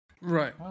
right